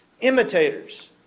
Imitators